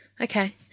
Okay